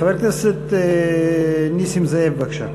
חבר הכנסת נסים זאב, בבקשה.